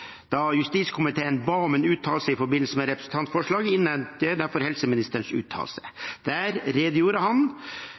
Da justiskomiteen ba om en uttalelse i forbindelse med representantforslaget, innhentet jeg derfor helseministerens uttalelse.